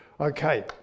Okay